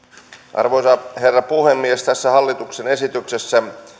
arvoisa herra puhemies tässä hallituksen esityksessä